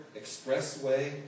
expressway